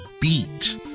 beat